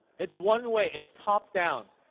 it's one way. it's top down.